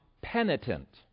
penitent